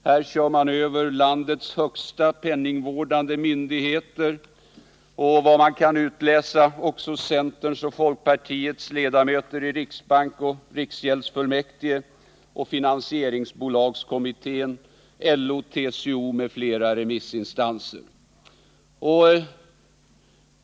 Här kör man över landets penningvårdande myndigheter, och enligt vad man kan utläsa också centerns och folkpartiets ledamöter i riksbank och riksgäldsfullmäktige, finansieringsbolagskommittén, LO, TCO m.fl. remissinstanser.